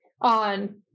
on